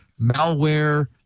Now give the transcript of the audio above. malware